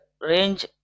range